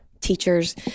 teachers